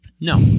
no